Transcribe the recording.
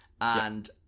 and-